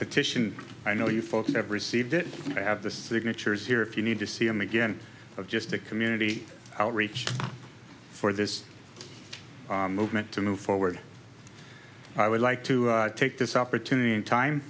petition i know you folks have received it have the signatures here if you need to see him again of just a community outreach for this movement to move forward i would like to take this opportunity and time